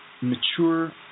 mature